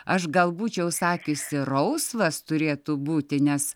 aš gal būčiau sakiusi rausvas turėtų būti nes